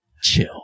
chill